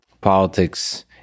politics